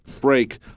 break